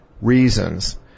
reasons